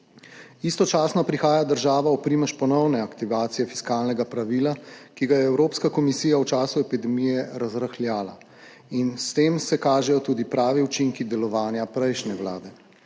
Istočasno prihaja država v primež ponovne aktivacije fiskalnega pravila, ki ga je Evropska komisija v času epidemije razrahljala, in s tem se kažejo tudi pravi učinki delovanja prejšnje vlade.